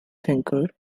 thinker